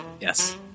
Yes